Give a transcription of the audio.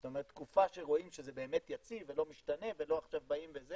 זאת אומרת תקופה שרואים שזה באמת יציב ולא משתנה ולא עכשיו באים וזה